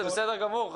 זה בסדר גמור,